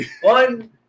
one